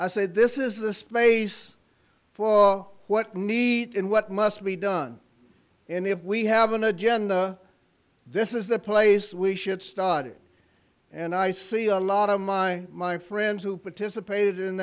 i said this is the space for all what need and what must be done and if we have an agenda this is the place we should study and i see a lot of my my friends who participated in